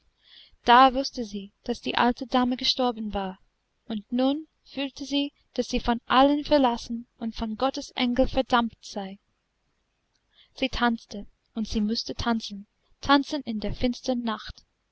da wußte sie daß die alte dame gestorben war und nun fühlte sie daß sie von allen verlassen und von gottes engel verdammt sei sie tanzte und sie mußte tanzen tanzen in der finstern nacht